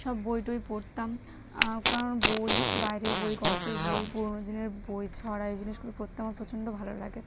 সব বই টই পড়তাম কারণ বই বাইরের বই গল্পের বই পুরনো দিনের বই ছড়া এই জিনিসগুলো পড়তে আমার প্রচণ্ড ভালো লাগে